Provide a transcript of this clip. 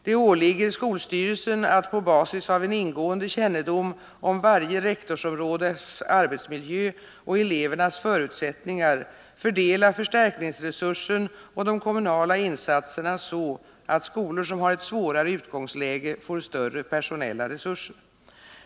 Det åligger skolstyrelsen att på basis av en ingående kännedom om varje rektorsområdes arbetsmiljö och elevernas förutsättningar fördela förstärkningsresursen och de kommunala insatserna så att skolor, som har ett svårare utgångsläge, får större personella resurser.